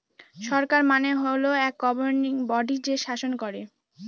সরকার মানে হল এক গভর্নিং বডি যে শাসন করেন